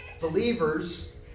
Believers